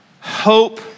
hope